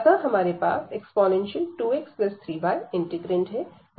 अतः हमारे पास e2x3y इंटीग्रैंड है